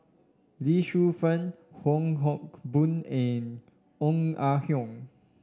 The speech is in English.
Lee Shu Fen Wong Hock Boon and Ong Ah Hoi